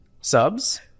subs